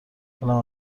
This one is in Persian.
حالم